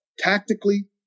Tactically